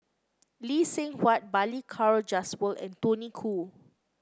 Lee Seng Huat Balli Kaur Jaswal and Tony Khoo